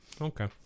okay